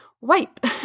wipe